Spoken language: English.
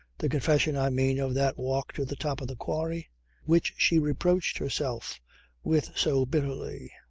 the confession i mean of that walk to the top of the quarry which she reproached herself with so bitterly.